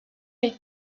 les